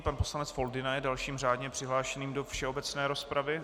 Pan poslanec Foldyna je dalším řádně přihlášeným do všeobecné rozpravy.